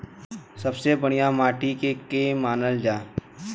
सबसे बढ़िया माटी के के मानल जा?